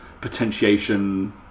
potentiation